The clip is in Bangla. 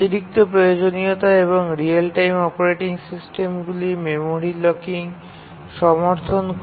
অতিরিক্ত প্রয়োজনীয়তা এবং রিয়েল টাইম অপারেটিং সিস্টেমগুলি মেমরি লকিং সমর্থন করে